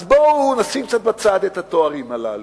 אז בואו נשים בצד את התארים הללו.